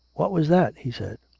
what was that? he said.